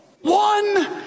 One